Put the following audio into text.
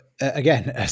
again